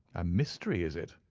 a mystery is it?